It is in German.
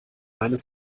meines